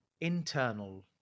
internal